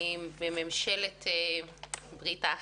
בממשלת "ברית האחים"